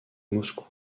moscou